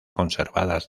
conservadas